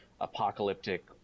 apocalyptic